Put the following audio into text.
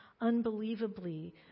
unbelievably